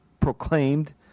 Proclaimed